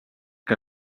que